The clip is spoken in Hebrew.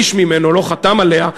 איש ממנו לא חתם עליה.